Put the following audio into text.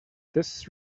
this